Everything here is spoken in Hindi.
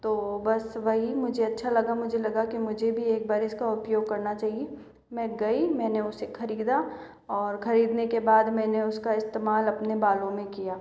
तो बस वही मुझे अच्छा लगा मुझे लगा कि मुझे भी एक बार इसक उपयोग करना चाहिए मैं गई मैंने उसे खरीदा और खरीदने के बाद मैंने उसका इस्तेमाल अपने बालों में किया